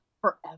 forever